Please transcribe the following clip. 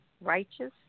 righteous